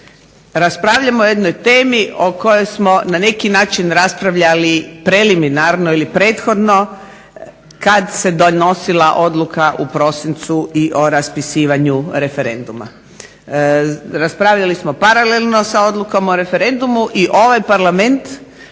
raspravljamo o jednoj temi o kojoj smo na neki način raspravljali preliminarno ili prethodno kada se donosila odluka u prosincu o raspisivanju referenduma. Raspravljali smo paralelno sa odlukom o referendumu i ovaj Parlament